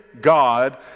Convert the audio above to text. God